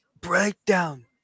Breakdown